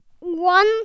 one